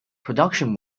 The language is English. production